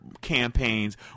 campaigns